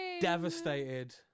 Devastated